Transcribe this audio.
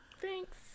thanks